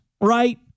right